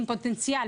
עם פוטנציאל,